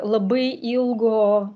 labai ilgo